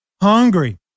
Hungry